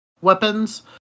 weapons